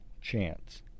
chance